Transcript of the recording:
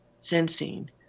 sensing